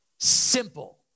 Simple